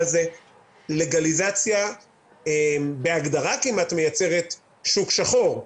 זה לגליזציה בהגדרה מייצרת שוק שחור,